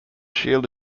shield